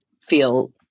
feel